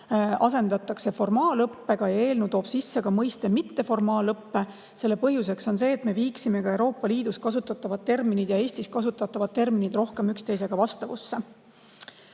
asendatakse "formaalõppega" ja eelnõu toob sisse ka mõiste "mitteformaalõpe". Selle põhjuseks on [soov] viia Euroopa Liidus kasutatavad terminid ja Eestis kasutatavad terminid rohkem üksteisega vastavusse.